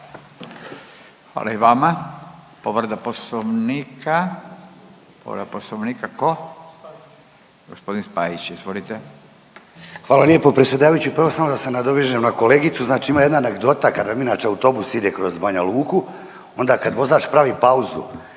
Hvala i vama. Povreda poslovnika ko? Gospodin Spajić, izvolite. **Spajić, Daniel (DP)** Hvala lijep predsjedavajući. Prvo samo da se nadovežem na kolegicu znači ima anegdota kad vam inače autobus ide kroz Banju Luku onda kad vozač pravi pauzu,